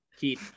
heat